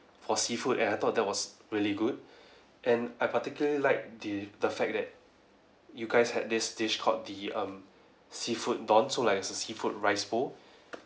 for seafood and I thought that was really good and I particularly like the the fact that you guys had this dish called the um seafood don so like it's a seafood rice bowl